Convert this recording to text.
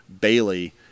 Bailey